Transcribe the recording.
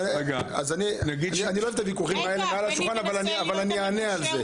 אני לא אוהב את הוויכוחים האלה על השולחן אבל אני אענה על זה.